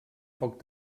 poc